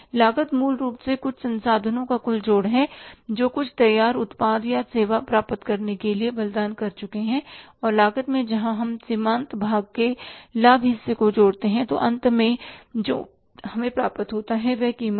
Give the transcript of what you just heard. लागत मूल रूप से कुछ संसाधनों का कुल जोड़ है जो कुछ तैयार उत्पाद या सेवा प्राप्त करने के लिए बलिदान कर चुके हैं और लागत में जहां हम सीमांत भाग के लाभ हिस्से को जोड़ते हैं तो अंत में जो हमें प्राप्त होता है वह कीमत है